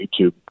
YouTube